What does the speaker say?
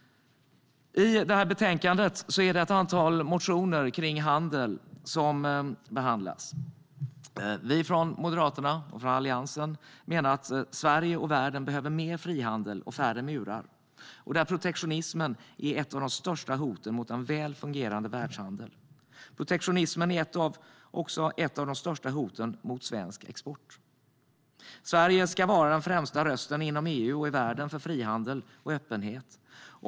I betänkandet är det ett antal motioner om handel som behandlas. Vi från Moderaterna och Alliansen menar att Sverige och världen behöver mer frihandel och färre murar. Protektionismen är ett av de största hoten mot en väl fungerande världshandel. Protektionismen är också ett av de största hoten mot svensk export. Sverige ska vara den främsta rösten inom EU och i världen för frihandel och öppenhet.